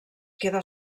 queda